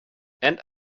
and